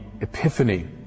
Epiphany